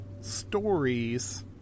stories